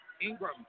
Ingram